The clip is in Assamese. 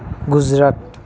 গুজৰাট